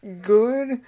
good